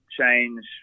change